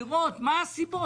לראות מה הסיבות,